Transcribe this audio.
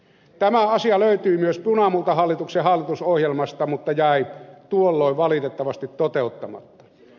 tämä asia löytyi myös punamultahallituksen hallitusohjelmasta mutta jäi tuolloin valitettavasti toteuttamatta